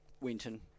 Winton